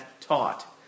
taught